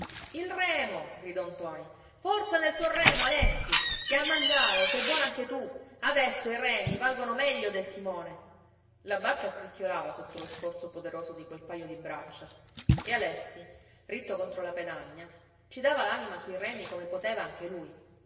il remo gridò ntoni forza nel tuo remo alessi che a mangiare sei buono anche tu adesso i remi valgono meglio del timone la barca scricchiolava sotto lo sforzo poderoso di quel paio di braccia e alessi ritto contro la pedagna ci dava l'anima sui remi come poteva anche lui